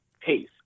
pace